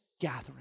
gathering